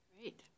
Great